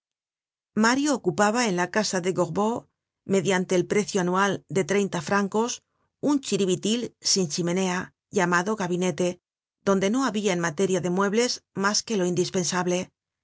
mario ocupaba en la casa de gorbeau mediante el precio anual de treinta francos un chiribitil sin chimenea llamado gabinete donde no habia en materia de muebles mas que lo indispensable